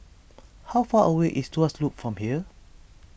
how far away is Tuas Loop from here